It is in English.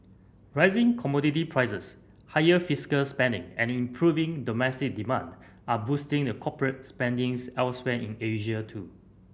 rising commodity prices higher fiscal spending and improving domestic demand are boosting a corporate spending elsewhere in Asia too